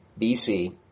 BC